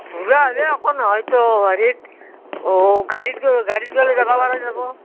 বুঢ়া হ'লেও একো নহয়টো হেৰিত গাড়ীত গাড়ীততো গ'লে গাড়ীত যাবা পাৰা যাব